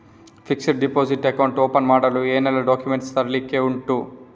Fixed deposit account open ಮಾಡಲು ಏನೆಲ್ಲಾ documents ತರ್ಲಿಕ್ಕೆ ಉಂಟು?